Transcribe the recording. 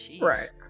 Right